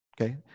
okay